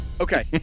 Okay